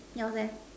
yours